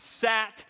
sat